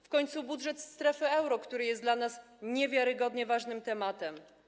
W końcu budżet strefy euro, który jest dla nas niewiarygodnie ważnym tematem.